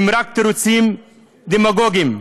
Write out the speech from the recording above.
הם רק תירוצים דמגוגיים.